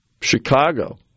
Chicago